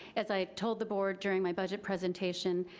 as i told the board during my budget presentation,